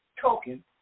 token